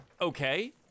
okay